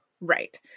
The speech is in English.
Right